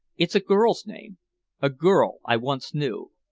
it's a girl's name a girl i once knew.